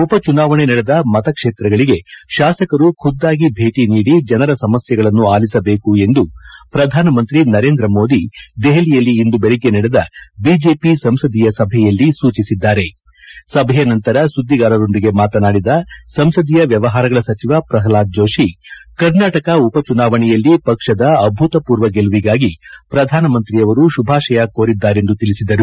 ಉಪ ಚುನಾವಣೆ ನಡೆದ ಮತಕ್ಷೇತ್ರಗಳಿಗೆ ಶಾಸಕರು ಖುದ್ದಾಗಿ ಭೇಟಿ ನೀಡಿ ಜನರ ಸಮಸ್ಕೆಗಳನ್ನು ಆಲಿಸಬೇಕು ಎಂದು ಪ್ರಧಾನ ಮಂತ್ರಿ ನರೇಂದ್ರ ಮೋದಿ ದೆಹಲಿಯಲ್ಲಿ ಇಂದು ಬೆಳಗ್ಗೆ ನಡೆದ ಬಿಜೆಪಿ ಸಂಸದೀಯ ಸಭೆಯಲ್ಲಿ ಸೂಚಿಸಿದ್ದಾರೆ ಸಭೆಯ ನಂತರ ಸುದ್ದಿಗಾರರೊಂದಿಗೆ ಮಾತನಾಡಿದ ಸಂಸದೀಯ ವ್ಯವಹಾರಗಳ ಸಚಿವ ಪ್ರಹ್ಲಾದ್ ಜೋಷಿ ಕರ್ನಾಟಕ ಉಪಚುನಾವಣೆಯಲ್ಲಿ ಪಕ್ಷದ ಅಭೂತಪೂರ್ವ ಗೆಲುವಿಗಾಗಿ ಪ್ರಧಾನ ಮಂತ್ರಿ ಶುಭಾಶಯ ಕೋರಿದ್ದಾರೆಂದು ತಿಳಿಸಿದರು